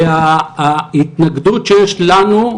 וההתנגדות שיש לנו,